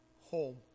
home